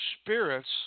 spirits